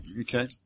Okay